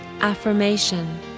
Affirmation